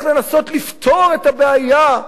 איך לנסות לפתור את הבעיה.